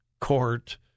court